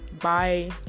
bye